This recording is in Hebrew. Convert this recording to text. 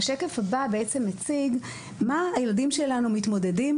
השקף הבא מציג עם מה הילדים שלנו מתמודדים